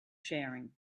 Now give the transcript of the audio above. sharing